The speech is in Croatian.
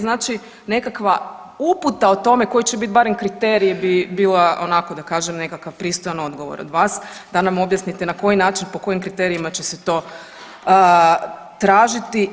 Znači nekakva uputa o tome koji će bit barem kriteriji bi bila onako da kažem nekakav pristojan odgovor od vas da nam objasnite na koji način po kojim kriterijima će se to tražiti.